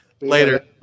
Later